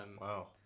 Wow